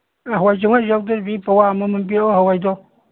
ꯑ ꯍꯋꯥꯏ ꯆꯦꯡꯋꯥꯏꯁꯨ ꯌꯥꯎꯗꯣꯏꯅꯤ ꯄꯋꯥ ꯑꯃꯃꯝ ꯄꯤꯔꯛꯑꯣ ꯍꯋꯥꯏꯗꯣ